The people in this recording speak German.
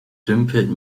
dümpelt